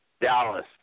Dallas